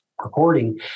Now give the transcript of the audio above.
recording